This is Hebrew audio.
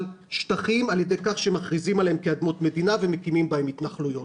שטחים על ידי כך שמכריזים עליהם כאדמות מדינה ומקימים בהם התנחלויות.